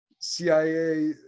CIA